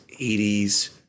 80s